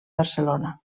barcelona